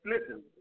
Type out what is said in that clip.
listen